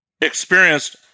experienced